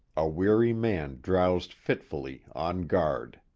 a weary man drowsed fitfully, on guard.